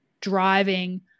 driving